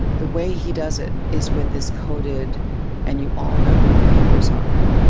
the way he does it is with this coded and you all know who the bankers are,